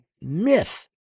myth